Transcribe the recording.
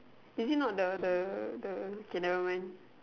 is he not the the the k never mind